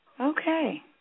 Okay